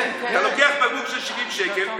אתה לוקח בקבוק של 70 שקל,